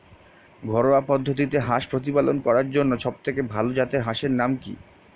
ঘরোয়া পদ্ধতিতে হাঁস প্রতিপালন করার জন্য সবথেকে ভাল জাতের হাঁসের নাম কি?